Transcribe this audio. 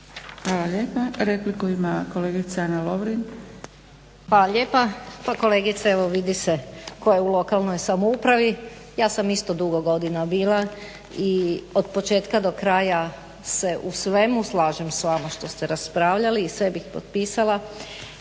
Hvala lijepa. Repliku ima kolegica Ana Lovrin. **Lovrin, Ana (HDZ)** Hvala lijepa. Kolegice, evo vidi se tko je u lokalnoj samoupravi. Ja sam isto dugo godina bila i od početka do kraja se u svemu slažem s vama što ste raspravljali i sve bih potpisala.